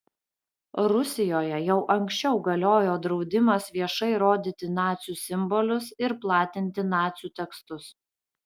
rusijoje jau anksčiau galiojo draudimas viešai rodyti nacių simbolius ir platinti nacių tekstus